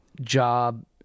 job